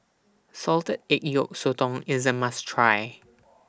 Salted Egg Yolk Sotong IS A must Try